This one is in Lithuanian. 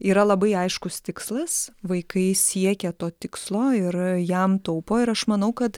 yra labai aiškus tikslas vaikai siekia to tikslo ir jam taupo ir aš manau kad